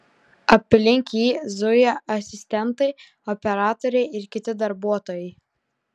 aplink jį zuja asistentai operatoriai ir kiti darbuotojai